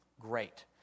Great